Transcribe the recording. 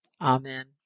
Amen